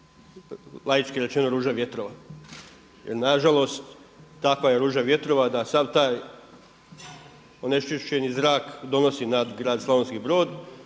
laički rečeno ruža vjetrova. Jer na žalost takva je ruža vjetrova da sav taj onečišćeni zrak donosi nad grad Slavonski Brod.